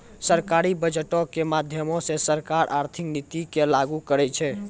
सरकारी बजटो के माध्यमो से सरकार आर्थिक नीति के लागू करै छै